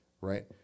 right